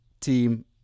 team